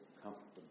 comfortable